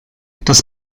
das